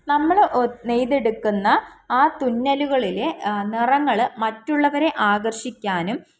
നമ്മള് നെയ്തെടുക്കുന്ന ആ തുന്നലുകളിലെ നിറങ്ങൾ മറ്റുള്ളവരെ ആകർഷിക്കാനും